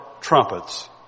trumpets